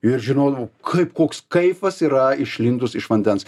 ir žinodavau kaip koks kaifas yra išlindus iš vandens